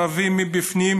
הערבים מבפנים,